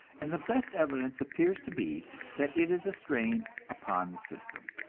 and the best evidence appears to be that it is a strain upon the system.